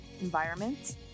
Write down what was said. environments